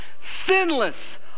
sinless